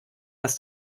dass